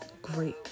great